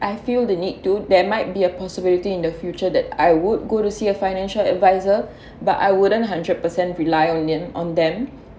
I feel the need to there might be a possibility in the future that I would go to see a financial adviser but I wouldn't hundred percent rely on them on them